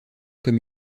comme